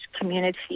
community